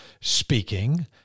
speaking